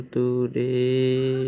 today